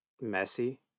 messy